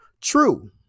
True